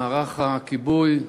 למערך הכיבוי.